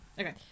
okay